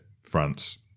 France